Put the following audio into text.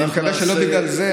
אני מקווה שלא בגלל זה.